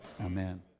Amen